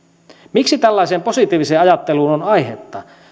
miksi tällaiseen positiiviseen ajatteluun on aihetta